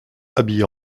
habillé